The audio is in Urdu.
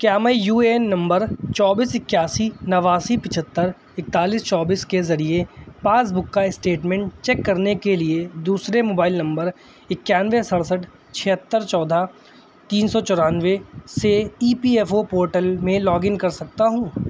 کیا میں یو اے این نمبر چوبیس اکیاسی نواسی پچھتر اکتالیس چوبیس کے ذریعے پاس بک کا سٹیٹمنٹ چیک کرنے کے لیے دوسرے موبائل نمبر اکیانوے سڑسٹھ چھہتر چودہ تین سو چورانوے سے E P F O portal میں لاگ ان کر سکتا ہوں